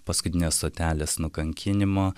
paskutinės stotelės nukankinimo